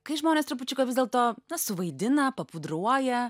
kai žmonės trupučiuką vis dėlto na suvaidina papudruoja